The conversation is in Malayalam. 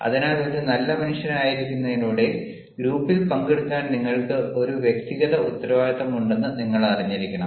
അതിനാൽ ഒരു നല്ല മനുഷ്യനായിരിക്കുന്നതിലൂടെ ഗ്രൂപ്പിൽ പങ്കെടുക്കാൻ നിങ്ങൾക്ക് ഒരു വ്യക്തിഗത ഉത്തരവാദിത്തമുണ്ടെന്ന് നിങ്ങൾ അറിഞ്ഞിരിക്കണം